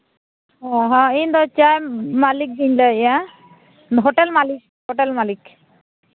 ᱦᱮᱸ ᱦᱮᱸ ᱤᱧᱫᱚ ᱪᱟ ᱢᱟᱹᱞᱤᱠ ᱜᱤᱧ ᱞᱟᱹᱭᱮᱫᱼᱟ ᱦᱳᱴᱮᱹᱞ ᱢᱟᱹᱞᱤᱠ ᱦᱳᱴᱮᱹᱞ ᱢᱟᱹᱞᱤᱠ